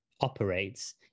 operates